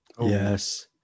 yes